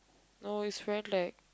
no it's very lag